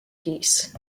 piece